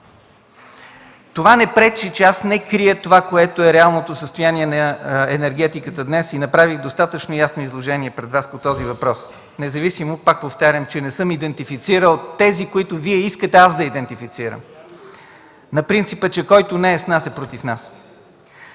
Това не пречи, че аз не крия реалното състояние на енергетиката днес и направих достатъчно ясни изложения пред Вас по този въпрос, независимо, пак повтарям, че не съм идентифицирал тези, които Вие искате аз да идентифицирам на принципа, че който не е с нас, е против нас. Аз